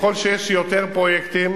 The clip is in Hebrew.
ככל שיש יותר פרויקטים,